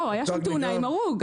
לא, היתה שם תאונה עם הרוג.